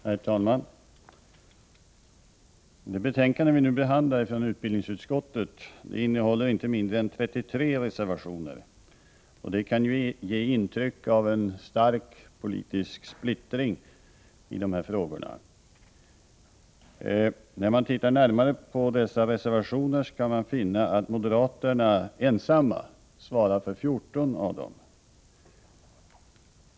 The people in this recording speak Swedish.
Herr talman! Det betänkande från utbildningsutskottet som vi nu behandlar innehåller inte mindre än 33 reservationer. Det kan ge intryck av en stark politisk splittring i de här frågorna. När man tittar närmare på reservationerna finner man att moderaterna ensamma svarar för 14 av dem.